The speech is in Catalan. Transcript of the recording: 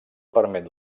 permet